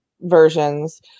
versions